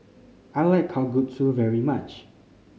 I like Kalguksu very much